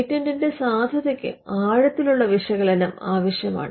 പേറ്റന്റിന്റെ സാധുതയ്ക്ക് ആഴത്തിലുള്ള വിശകലനം ആവശ്യമാണ്